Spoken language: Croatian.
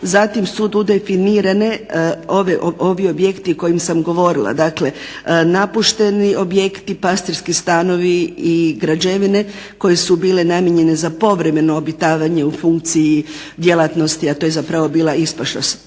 zatim su tu definirani ovi objekti o kojima sam govorila dakle napušteni objekti, pastirski stanovi i građevine koje su bile namijenjene za povremeno obitavanje u funkciji djelatnosti a to je zapravo bila ispaša